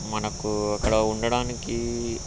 మనకు అక్కడ ఉండడానికి